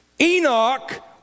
Enoch